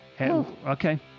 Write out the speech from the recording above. Okay